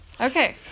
Okay